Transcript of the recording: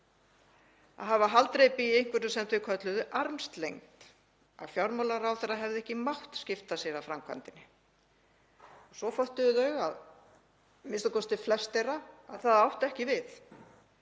að hafa haldreipi í einhverju sem þau kölluðu armslengd, að fjármálaráðherra hefði ekki mátt skipta sér af framkvæmdinni. Svo föttuðu þau, a.m.k. flest þeirra, að það átti ekki við.